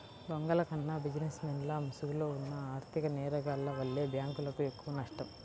దొంగల కన్నా బిజినెస్ మెన్ల ముసుగులో ఉన్న ఆర్ధిక నేరగాల్ల వల్లే బ్యేంకులకు ఎక్కువనష్టం